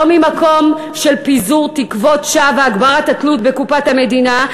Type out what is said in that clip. לא ממקום של פיזור תקוות שווא והגברת התלות בקופת המדינה,